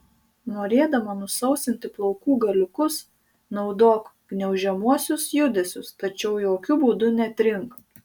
norėdama nusausinti plaukų galiukus naudok gniaužiamuosius judesius tačiau jokiu būdu netrink